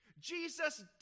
Jesus